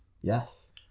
Yes